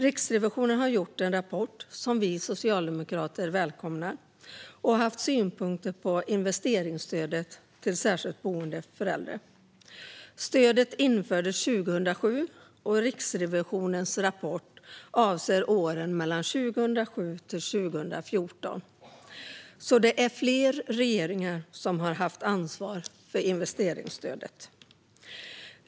Riksrevisionen har gjort en rapport, som vi socialdemokrater välkomnar, och haft synpunkter på investeringsstödet till särskilda boenden för äldre. Stödet infördes 2007, och Riksrevisionens rapport avser åren 2007-2014, så det är flera regeringar som har haft ansvar för investeringsstödet.